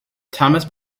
thomas